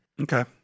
okay